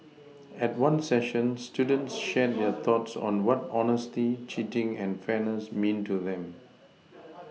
at one session students shared their thoughts on what honesty cheating and fairness mean to them